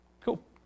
Cool